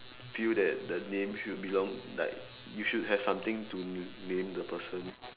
feel that the name should belong like you should have something to name the person